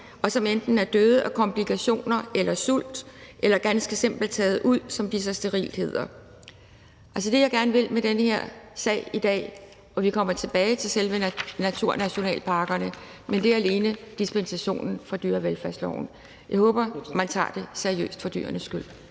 og som enten er døde af komplikationer eller sult eller ganske simpelt taget ud, som det så sterilt hedder. Det, jeg gerne vil med den her sag i dag – og vi kommer tilbage til selve naturnationalparkerne – handler alene om dispensationen fra dyrevelfærdsloven. Jeg håber, man tager det seriøst for dyrenes skyld.